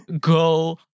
go